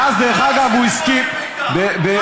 מה ראשי התיבות של בית"ר?